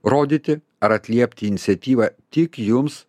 rodyti ar atliepti iniciatyvą tik jums